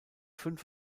fünf